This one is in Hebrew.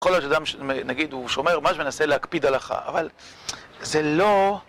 כל אדם, נגיד, הוא שומר מה שמנסה להקפיד עליך, אבל זה לא...